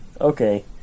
okay